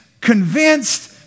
convinced